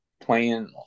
playing